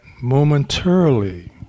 Momentarily